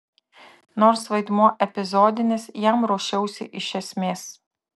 nors vaidmuo epizodinis jam ruošiausi iš esmės